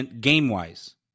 game-wise